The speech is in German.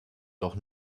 doch